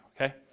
okay